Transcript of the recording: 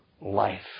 life